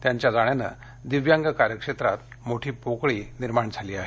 त्यांच्या जाण्यानं दिव्यांग कार्यक्षेत्रात मोठी पोकळी निर्माण झाली आहे